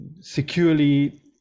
securely